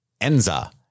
Enza